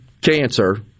cancer